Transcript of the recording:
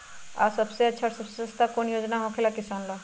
आ सबसे अच्छा और सबसे सस्ता कौन योजना होखेला किसान ला?